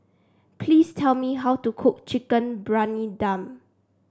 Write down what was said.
please tell me how to cook Chicken Briyani Dum